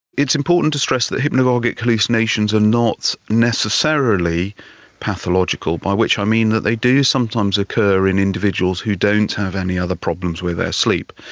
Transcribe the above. it's important to stress that hypnagogic hallucinations are not necessarily pathological, by which i mean that they do sometimes occur in individuals who don't have any other problems with their sleep.